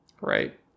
Right